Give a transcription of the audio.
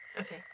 Okay